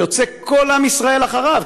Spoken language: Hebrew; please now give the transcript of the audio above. ויוצא כל עם ישראל אחריו,